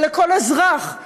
ולכל אזרח,